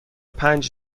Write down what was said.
پنج